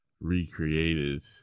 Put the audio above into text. recreated